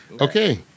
Okay